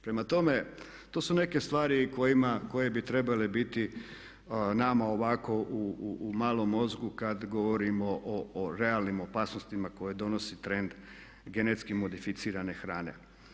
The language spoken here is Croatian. Prema tome, to su neke stvari koje bi trebale biti nama ovako u malom mozgu kad govorimo o realnim opasnostima koje donosi trend genetski modificirane hrane.